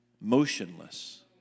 motionless